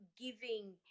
giving